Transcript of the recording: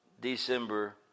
December